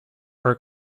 are